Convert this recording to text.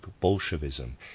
Bolshevism